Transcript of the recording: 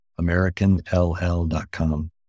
AmericanLL.com